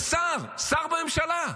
זה שר, שר בממשלה.